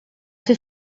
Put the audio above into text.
fer